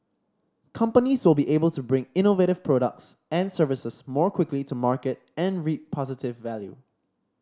companies will be able to bring innovative products and services more quickly to market and reap positive value